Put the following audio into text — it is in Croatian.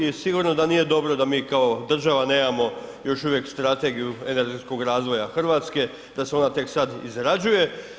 I sigurno da nije dobro da mi kao država nemamo još uvijek strategiju energetskog razvoja Hrvatske, da se ona tek sad izrađuje.